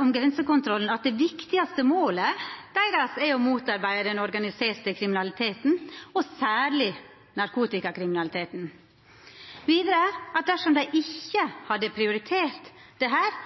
om grensekontrollen at det viktigaste målet deira er å motarbeida den organiserte kriminaliteten – særleg narkotikakriminaliteten. Vidare skriv dei at dersom dei ikkje hadde prioritert